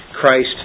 Christ